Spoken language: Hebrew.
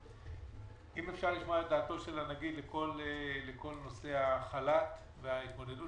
דעתו של הנגיד לכל נושא החל"ת וההתמודדות